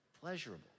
pleasurable